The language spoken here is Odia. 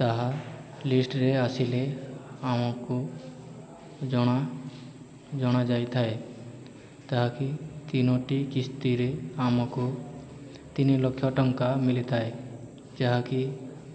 ତାହା ଲିଷ୍ଟରେ ଆସିଲେ ଆମକୁ ଜଣା ଯାଇଥାଏ ଯାହାକି ତିନୋଟି କିସ୍ତିରେ ଆମକୁ ତିନି ଲକ୍ଷ ଟଙ୍କା ମିଳିଥାଏ ଯାହାକି